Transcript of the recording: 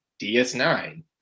DS9